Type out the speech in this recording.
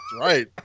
right